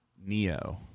Neo